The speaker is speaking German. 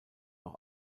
auch